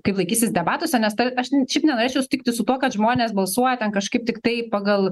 kaip laikysis debatuose nes tai aš šiaip nenorėčiau sutikti su tuo kad žmonės balsuoja ten kažkaip tiktai pagal